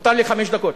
מותר לי חמש דקות.